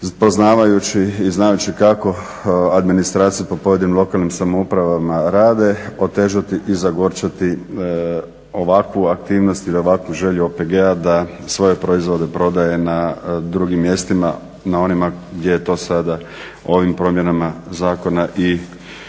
i poznavajući i znajući kako administracija po pojedinim lokalnim samoupravama rade otežati i zagorčati ovakvu aktivnost ili ovakvu želju OPG-a da svoje proizvode prodaje na drugim mjestima na onima gdje je to sada ovim promjenama zakona i omogućeno.